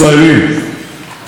כפי שהיה נהוג פעם.